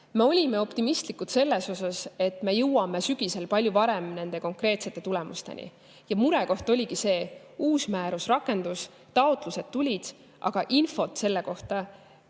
Me olime optimistlikud, et me jõuame sügisel palju varem nende konkreetsete tulemusteni. Murekoht oligi see, et uus määrus rakendus, taotlused tulid, aga infot selle kohta